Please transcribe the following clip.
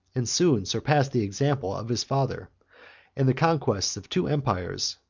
and soon surpassed the example, of his father and the conquest of two empires,